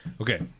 Okay